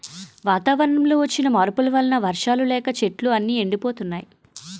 వాతావరణంలో వచ్చిన మార్పుల వలన వర్షాలు లేక చెట్లు అన్నీ ఎండిపోతున్నాయి